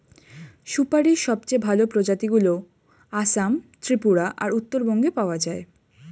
সুপারীর সবচেয়ে ভালো প্রজাতিগুলো আসাম, ত্রিপুরা আর উত্তরবঙ্গে পাওয়া যায়